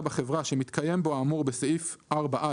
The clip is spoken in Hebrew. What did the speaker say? בחברה שמתקיים בו האמור בסעיף 4(א),